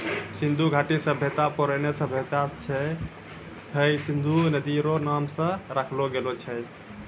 सिन्धु घाटी सभ्यता परौनो सभ्यता छै हय सिन्धु नदी रो नाम से राखलो गेलो छै